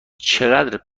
چقدر